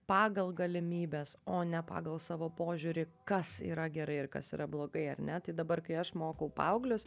pagal galimybes o ne pagal savo požiūrį kas yra gerai ir kas yra blogai ar ne tai dabar kai aš mokau paauglius